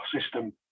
System